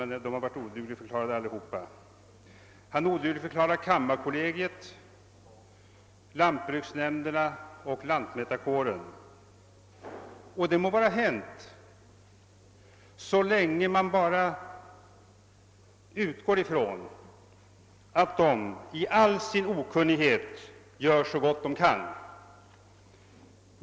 Han har odugligförklarat kammarkollegiet, lantbruksnämnderna och lantmätarkåren. Det må vara hänt, så länge man bara utgår ifrån att dessa i all sin okunnighet gör så gott de kan.